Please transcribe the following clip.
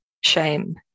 shame